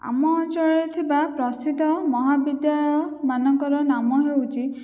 ଆମ ଅଞ୍ଚଳରେ ଥିବା ପ୍ରସିଦ୍ଧ ମହାବିଦ୍ୟାଳୟ ମାନଙ୍କର ନାମ ହେଉଛି